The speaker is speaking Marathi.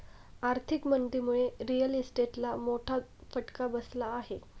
आर्थिक मंदीमुळे रिअल इस्टेटला मोठा फटका बसला आहे